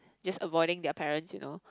just avoiding their parents you know